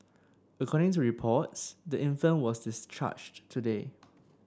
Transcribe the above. according to reports the infant was discharged today